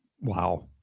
Wow